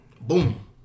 Boom